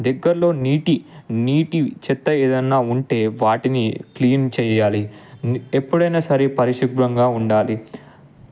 దగ్గరలో నీటి నీటి చెత్త ఏదయిననా ఉంటే వాటిని క్లీన్ చేయాలి ఎప్పుడయినా సరే పరిశుభ్రంగా ఉండాలి